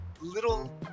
little